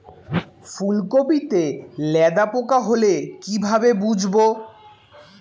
ফুলকপিতে লেদা পোকা হলে কি ভাবে বুঝবো?